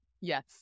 Yes